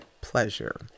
pleasure